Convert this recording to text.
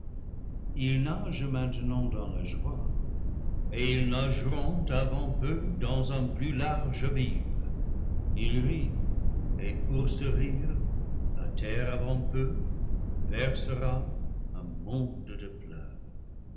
ils nagent main tenant dans la joie et ils nageront avant peu dans un plus large abîme ils rient et pour ce rire la terre avant peu ver sera un monde de pleurs